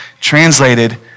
translated